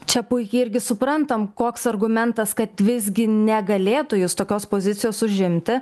čia puikiai irgi suprantam koks argumentas kad visgi negalėtų jis tokios pozicijos užimti